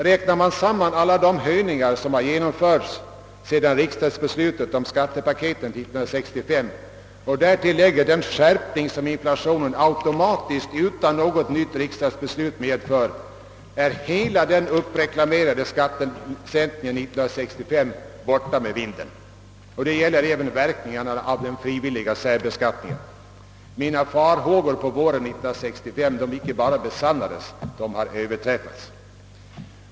Räknar man samman alla höjningar som genomförts efter riksdagsbeslutet om skattepaketet 1965 och därtill lägger den skärpning som inflationen automatiskt — utan något nytt riksdagsbeslut — medför, är hela den uppreklamerade skattesänkningen 1965 borta med vinden. Detta gäller även en stor del av verkningarna av den frivilliga särbeskattningen. Mina farhågor på våren 1965 icke bara besannades — de överträffades!